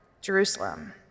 Jerusalem